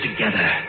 together